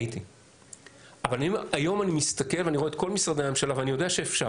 היום אני מסתכל ואני רואה את כל משרדי הממשלה ואני יודע שאפשר,